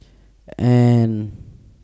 and